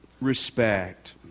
respect